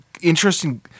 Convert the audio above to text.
interesting